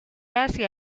hacia